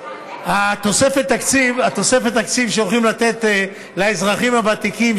תוספת התקציב שהולכים לתת לאזרחים הוותיקים,